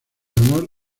honor